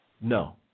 No